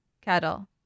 cattle